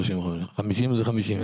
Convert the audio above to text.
50 זה 50,